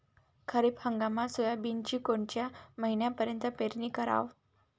खरीप हंगामात सोयाबीनची कोनच्या महिन्यापर्यंत पेरनी कराव?